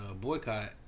boycott